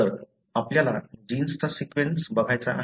तर आपल्याला जीन्सचा सीक्वेन्स बघायचा आहे